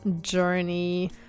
journey